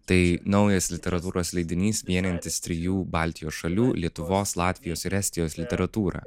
tai naujas literatūros leidinys vienijantis trijų baltijos šalių lietuvos latvijos ir estijos literatūrą